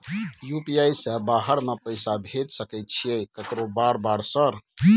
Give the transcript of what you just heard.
UPI से बाहर में पैसा भेज सकय छीयै केकरो बार बार सर?